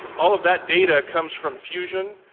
all of that data comes from fusion.